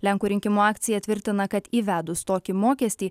lenkų rinkimų akcija tvirtina kad įvedus tokį mokestį